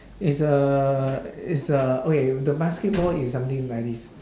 is a is a okay the basketball is something like this